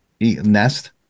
nest